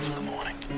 the morning.